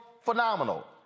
phenomenal